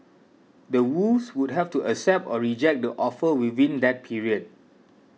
the Woos would have to accept or reject the offer within that period